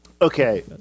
Okay